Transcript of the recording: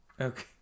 Okay